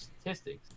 statistics